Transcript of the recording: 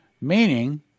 Meaning